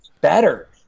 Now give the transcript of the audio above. Better